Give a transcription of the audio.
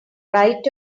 right